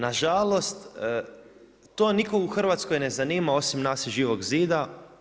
Na žalost to nikoga u Hrvatskoj ne zanima osim nas iz Živog zida.